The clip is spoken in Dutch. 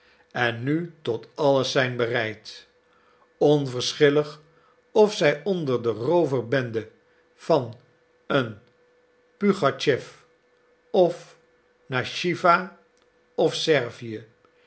en nu tot alles zijn bereid onverschillig of zij onder de rooverbende van een pugatschew of naar chiwa of servië